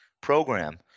program